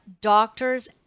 doctors